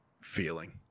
feeling